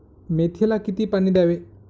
मेथीला किती पाणी द्यावे?